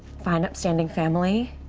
fine, upstanding family.